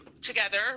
together